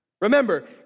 Remember